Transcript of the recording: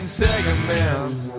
segments